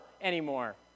anymore